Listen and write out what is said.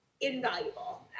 invaluable